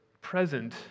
present